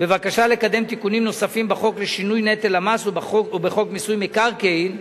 בבקשה לקדם תיקונים נוספים בחוק לשינוי נטל המס ובחוק מיסוי מקרקעין,